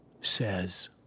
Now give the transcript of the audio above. says